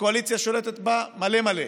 הקואליציה שולטת בה מלאמלא.